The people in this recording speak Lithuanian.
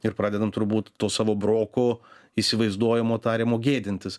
ir pradedam turbūt tuo savo broku įsivaizduojamo tariamo gėdintis